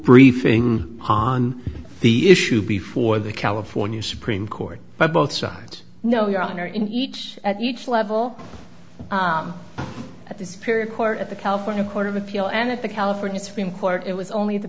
briefing on the issue before the california supreme court by both sides no your honor in each at each level at this period court of the california court of appeal and of the california supreme court it was only the